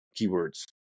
keywords